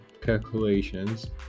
calculations